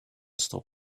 stop